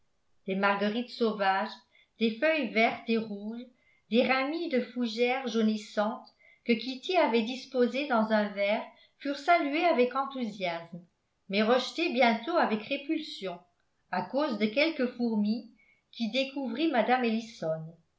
des marguerites sauvages des feuilles vertes et rouges des ramilles de fougère jaunissante que kitty avait disposées dans un verre furent saluées avec enthousiasme mais rejetées bientôt avec répulsion à cause de quelques fourmis qu'y découvrit mme ellison